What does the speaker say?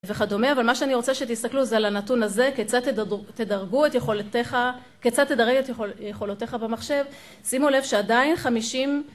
וכדומה, אבל מה שאני רוצה שתסתכלו זה על הנתון הזה, כיצד תדרגו את יכולתיך, כיצד תדרג את יכולותיך במחשב שימו לב שעדיין חמישים